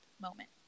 moment